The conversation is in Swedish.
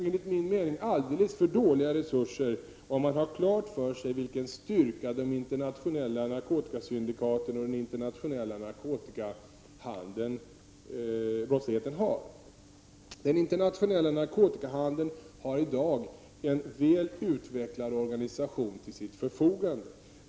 Enligt min mening är det alldeles för dåliga resurser, om man har klart för sig vilken styrka de internationella narkotikasyndikaten har. Den internationella narkotikahandeln har i dag en väl utvecklad organisation till sitt förfogande.